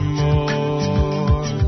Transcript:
more